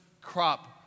crop